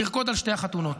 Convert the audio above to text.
לרקוד על שתי החתונות.